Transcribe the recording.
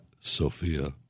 Sophia